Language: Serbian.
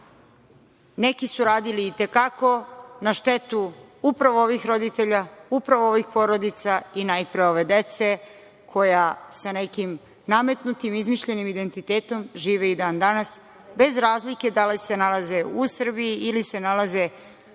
Neki su radili i te kako na štetu upravo ovih roditelja, upravo ovih porodica i najpre ove dece koja sa nekim nametnutim izmišljenim identitetom žive i dan danas bez razlike da li se nalaze u Srbiji ili se nalaze u zemljama